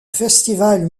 festival